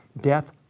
death